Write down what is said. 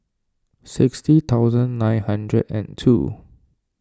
sixty thousand nine hundred and two